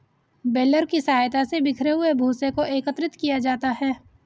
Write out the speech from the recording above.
baler की सहायता से बिखरे हुए भूसे को एकत्रित किया जाता है